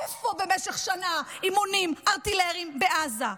איפה במשך שנה אימונים ארטילריים בעזה?